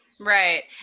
Right